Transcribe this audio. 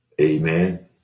amen